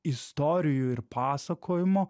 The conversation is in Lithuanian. istorijų ir pasakojimo